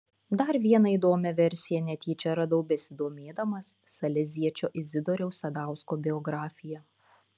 dar vieną įdomią versiją netyčia radau besidomėdamas saleziečio izidoriaus sadausko biografija